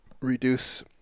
reduce